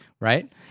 Right